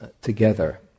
together